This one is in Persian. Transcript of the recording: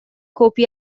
کپی